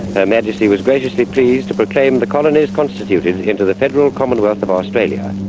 her majesty was graciously pleased to proclaim the colonies constituted into the federal commonwealth of australia.